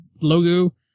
logo